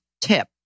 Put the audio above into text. tip